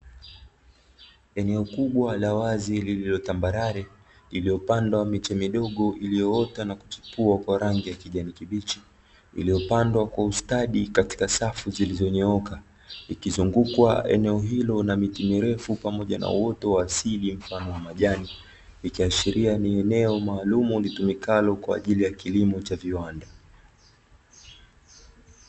Eneo kubwa la wazi lililo tambarare, lililopandwa miche midogo iliyoota na kuchipua kwa rangi ya kijani kibichi, iliyopandwa kwa ustadi katika safu zilizonyooka, ikizungukwa eneo hilo na miti mirefu pamoja na uoto wa asili mfano wa majani, ikiashiria ni eneo maalumu litumikalo kwa ajili ya kilimo cha viwanda.